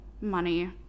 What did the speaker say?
Money